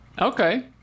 okay